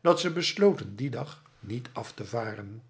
dat ze besloten dien dag niet af te varen